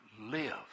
live